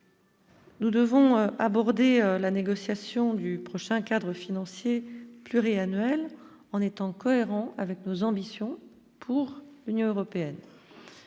Nous devons aborder la négociation du prochain cadre financier pluriannuel en étant cohérent avec nos ambitions pour l'Union européenne.